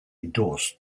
endorsed